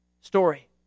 story